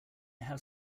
have